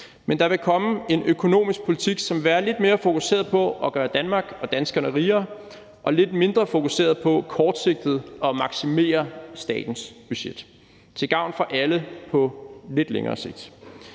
men der vil komme en økonomisk politik, som vil være lidt mere fokuseret på at gøre Danmark og danskerne rigere og lidt mindre fokuseret på kortsigtet at maksimere statens budget, til gavn for alle på lidt længere sigt.